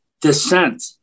dissent